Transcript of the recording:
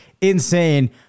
insane